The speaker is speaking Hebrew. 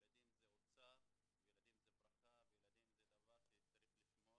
הילדים זה אוצר וילדים זה ברכה וילדים זה דבר שצריך לשמור.